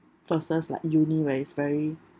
versus like uni where it's very